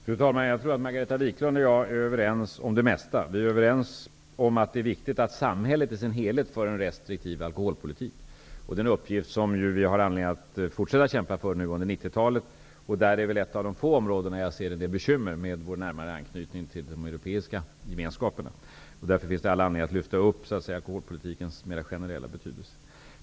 Fru talman! Jag tror att Margareta Viklund och jag är överens om det mesta. Vi är bl.a. överens om att det är viktigt att samhället i sin helhet för en restriktiv alkoholpolitik. Det är den uppgift som vi har anledning att fortsätta att kämpa för under 90 talet. Som jag ser saken har vi här ett av få områden där det finns bekymmer med vår närmare anknytning till de europeiska gemenskaperna. Det finns därför all anledning att lyfta upp alkoholpolitikens mera generella betydelse.